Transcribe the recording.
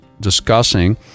discussing